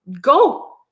Go